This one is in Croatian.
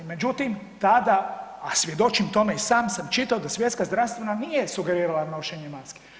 Međutim, tada, a svjedočim tome i sam sam čitao da svjetska zdravstvena nije sugerirala nošenje maski.